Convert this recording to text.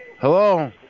Hello